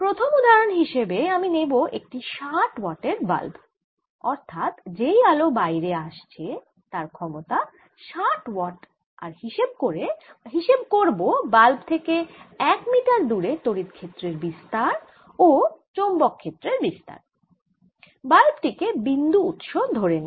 প্রথম উদাহরণ হিসেবে আমি নেব একটি ষাট ওয়াটের বাল্ব অর্থাৎ যেই আলো বাইরে আসছে তার ক্ষমতা ষাট ওয়াট আর হিসেব করব বাল্ব থেকে এক মিটার দূরে তড়িৎ ক্ষেত্রের বিস্তার ও চৌম্বক ক্ষেত্রের বিস্তার বাল্ব টি কে বিন্দু উৎস ধরে নিয়ে